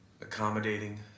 accommodating